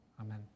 amen